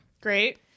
Great